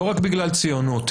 לא רק בגלל ציונות,